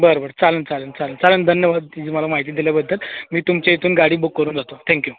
बर बर चालंन चालंन चालंन चालंन धन्यवाद तुम्ही मला माहिती दिल्याबद्दल मी तुमच्या इथून गाडी बूक करून जातो थँक यू